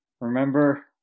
Remember